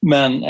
Men